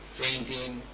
fainting